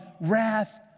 wrath